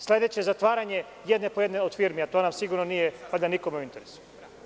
Slediće zatvaranje jedne po jedne od firmi, a to nam sigurno nije nikome u interesu.